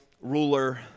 ruler